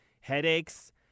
headaches